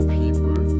people